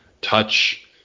touch